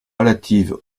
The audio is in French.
relatives